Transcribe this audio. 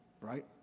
right